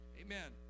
amen